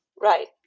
Right